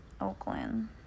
Oakland